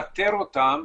לאתר אותם,